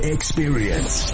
Experience